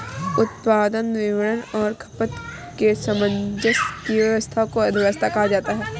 उत्पादन, वितरण और खपत के सामंजस्य की व्यस्वस्था को अर्थव्यवस्था कहा जाता है